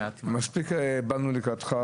מספיק באנו לקראתך.